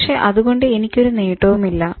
പക്ഷെ അതുകൊണ്ട് എനിക്കൊരു നേട്ടവുമില്ല